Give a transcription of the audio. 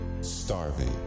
starving